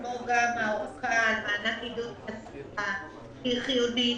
כמו האורכה על מענק עידוד תעסוקה היא חיונית